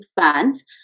fans